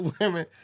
women